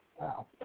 Wow